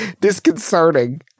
disconcerting